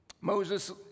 Moses